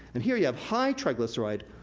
and here you have high triglyceride,